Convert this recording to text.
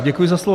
Děkuji za slovo.